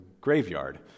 graveyard